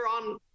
on